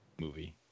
movie